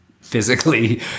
physically